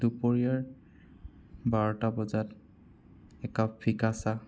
দুপৰীয়াৰ বাৰটা বজাত একাপ ফিকা চাহ